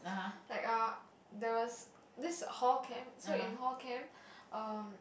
like uh there was this hall camp so in hall camp um